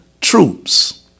troops